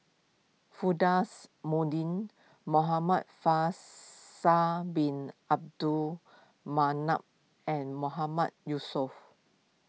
Firdaus more ding Muhamad Faisal Bin Abdul Manap and Mahmood Yusof